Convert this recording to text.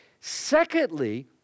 Secondly